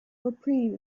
reprieve